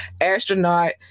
astronaut